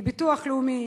כי ביטוח לאומי